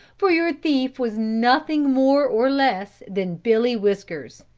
for your thief was nothing more or less than billy whiskers.